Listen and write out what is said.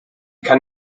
kann